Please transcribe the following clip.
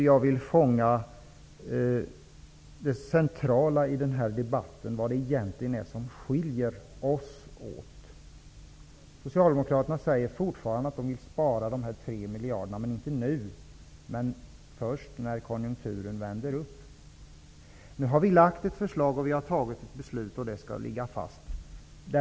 Jag vill fånga vad det egentligen är som skiljer oss åt och som är det centrala i den här debatten. Socialdemokraterna säger fortfarande att de vill spara de 3 miljarderna men inte nu utan först när konjunkturen vänder uppåt. Nu har vi lagt fram ett förslag och fattat ett beslut som skall ligga fast.